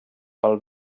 pel